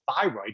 thyroid